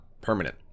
Permanent